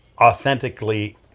authentically